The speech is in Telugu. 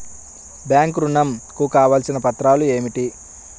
బ్యాంక్ ఋణం కు కావలసిన పత్రాలు ఏమిటి?